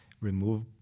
remove